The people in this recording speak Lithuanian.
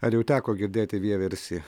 ar jau teko girdėti vieversį